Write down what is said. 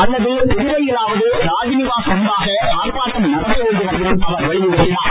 அல்லது புதுவையிலாவது ராத்நிவாஸ் முன்பாக ஆர்ப்பாட்டம் நடத்த வேண்டும் என்றும் அவர் வலியுறுத்தினார்